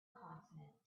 consonant